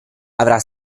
avrà